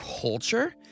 culture